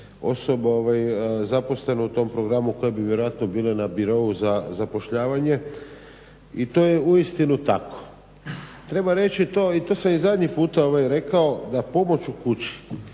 osoba zaposleno u tom programu koje bi vjerojatno bile na birou za zapošljavanje. I to je uistinu tako. Treba reći to i to sam i zadnji puta rekao da pomoć u kući